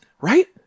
Right